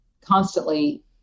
constantly